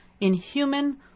inhuman